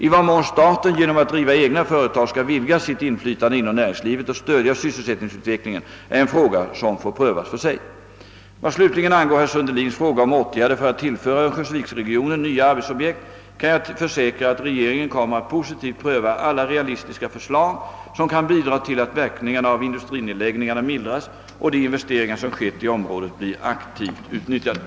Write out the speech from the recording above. I vad mån staten genom att driva egna företag skall vidga sitt inflytande inom näringslivet och stödja sysselsättningsutvecklingen är en fråga som får prövas för sig. Vad slutligen angår herr Sundelins fråga om åtgärder för att tillföra örnsköldsviksregionen nya <arbetsobjekt kan jag försäkra att regeringen kommer att positivt pröva alla realistiska förslag, som kan bidra till att verkningarna av industrinedläggningarna mildras och de investeringar som skett i området blir aktivt utnyttjade.